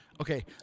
Okay